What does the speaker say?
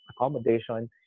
accommodation